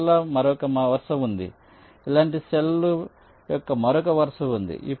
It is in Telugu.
సెల్ ల మరొక వరుస ఉంది ఇలాంటి సెల్ లు యొక్క మరొక వరుస ఉంది